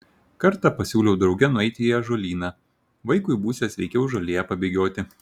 kartą pasiūliau drauge nueiti į ąžuolyną vaikui būsią sveikiau žolėje pabėgioti